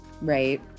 right